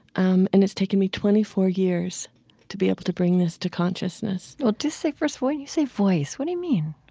um and it's taken me twenty four years to be able to bring this to consciousness well, just say first you say voice. what do you mean?